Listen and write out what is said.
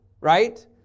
right